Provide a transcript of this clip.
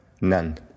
None